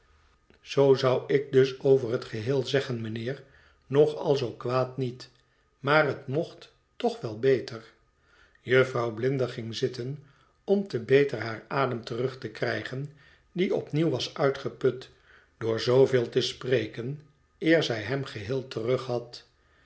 zoo zou ik dus over het geheel zeggen mijnheer nog al zoo kwaad niet maar het mocht toch wel beter jufvrouw blinder ging zitten om te beter haar adem terug te krijgen die opnieuw was uitgeput door zooveel te spreken eer zij hem geheel terug had